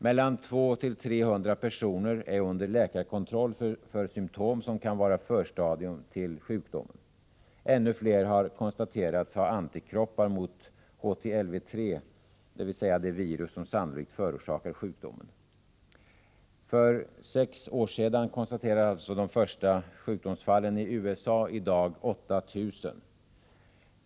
Mellan 200 och 300 personer är under läkarkontroll för symtom som kan vara ett förstadium till sjukdomen. Ännu fler har konstaterats ha antikroppar mot HTLV-III, dvs. det virus som sannolikt förorsakar sjukdomen. För sex år sedan konstaterades alltså de första sjukdomsfallen i USA, och i dag är det 8 000 fall där.